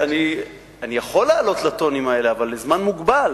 אני יכול לעלות לטונים האלה, אבל לזמן מוגבל.